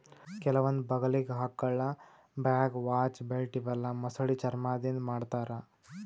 ಕೆಲವೊಂದ್ ಬಗಲಿಗ್ ಹಾಕೊಳ್ಳ ಬ್ಯಾಗ್, ವಾಚ್, ಬೆಲ್ಟ್ ಇವೆಲ್ಲಾ ಮೊಸಳಿ ಚರ್ಮಾದಿಂದ್ ಮಾಡ್ತಾರಾ